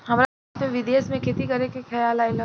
हमरा रात में विदेश में खेती करे के खेआल आइल ह